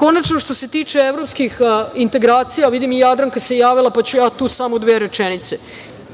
Konačno, što se tiče evropskih integracija tu postoji mnogo razočaranja,